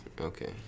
Okay